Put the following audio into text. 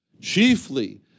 chiefly